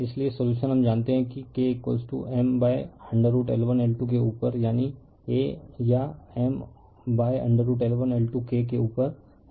रिफे slide time 3105 इसलिए solution हम जानते हैं कि K M√ L1L2के ऊपर यानी A या M√ L1L2 K के ऊपर हैं